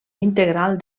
integral